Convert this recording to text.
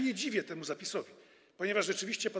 Nie dziwię się temu zapisowi, ponieważ rzeczywiście pan